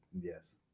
Yes